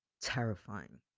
terrifying